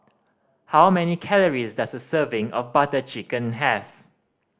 how many calories does a serving of Butter Chicken have